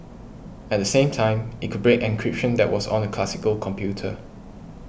at the same time it could break encryption that was on a classical computer